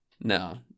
No